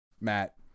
Matt